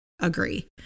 agree